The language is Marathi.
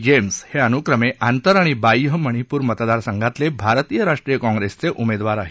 जेम्स हे अनुक्रमे आंतर आणि बाह्य मणिपूर मतदारसंघातले भारतीय राष्ट्रीय काँग्रेसचे उमेदवार आहेत